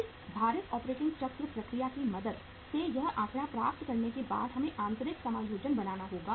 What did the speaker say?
इस भारित ऑपरेटिंग चक्र प्रक्रिया की मदद से यह आंकड़ा प्राप्त करने के बाद हमें आंतरिक समायोजन बनाना होगा